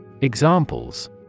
Examples